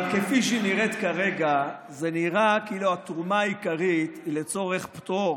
אבל כפי שהיא נראית כרגע זה נראה כאילו התרומה העיקרית היא לצורך פטור